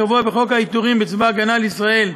הקבוע בחוק העיטורים בצבא הגנה לישראל,